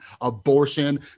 abortion